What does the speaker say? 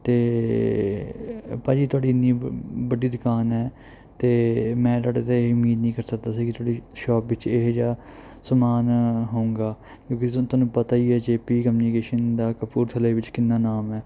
ਅਤੇ ਭਾਅ ਜੀ ਤੁਹਾਡੀ ਇੰਨੀ ਵ ਵੱਡੀ ਦੁਕਾਨ ਹੈ ਅਤੇ ਮੈਂ ਤੁਹਾਡੇ ਤੋਂ ਇਹ ਉਮੀਦ ਨਹੀਂ ਕਰ ਸਕਦਾ ਸੀ ਕਿ ਤੁਹਾਡੀ ਸ਼ੋਪ ਵਿੱਚ ਇਹੋ ਜਿਹਾ ਸਮਾਨ ਹੋਵੇਗਾ ਕਿਉਂਕਿ ਰੀਜ਼ਨ ਤੁਹਾਨੂੰ ਪਤਾ ਹੀ ਹੈ ਜੇ ਪੀ ਕਮਿਊਨੀਕੇਸ਼ਨ ਦਾ ਕਪੂਰਥਲੇ ਵਿੱਚ ਕਿੰਨਾ ਨਾਮ ਹੈ